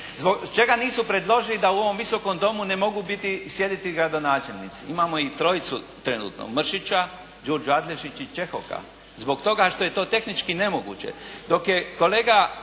Zbog čega nisu predložili da u ovom Visokom domu ne mogu biti, sjediti gradonačelnici. Imamo ih trojicu trenutno, Mršića, Đurđu Adlešić i Čehoka. Zbog toga što je to tehnički nemoguće.